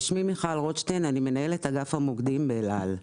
אני מנהלת אגף המוקדים באל על.